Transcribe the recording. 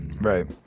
Right